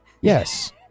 Yes